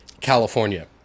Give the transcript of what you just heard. California